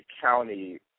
county